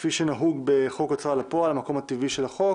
כפי שנהוג בחוק ההוצאה לפועל המקום הטבעי של החוק.